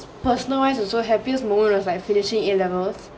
personal wise also happiest moment was like finishing A levels